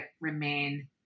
remain